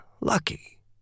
lucky